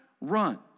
run